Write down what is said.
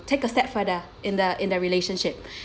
take a step further in the in the relationship